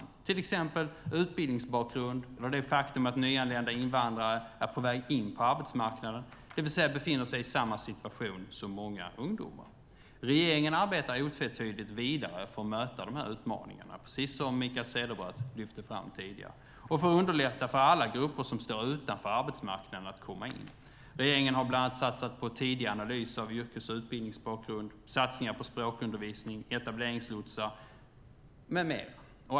Det gäller till exempel utbildningsbakgrund och det faktum att nyanlända invandrare är på väg in på arbetsmarknaden, det vill säga befinner sig i samma situation som många ungdomar. Regeringen arbetar otvetydigt vidare för att möta de utmaningarna, precis som Mikael Cederbratt lyfte fram tidigare, för att underlätta för alla grupper som står utanför arbetsmarknaden att komma in. Regeringen har bland annat satsat på en tidig analys av yrkes och utbildningsbakgrund. Det handlar om satsningar på språkundervisning och etableringslotsar med mera.